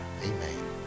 Amen